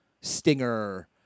stinger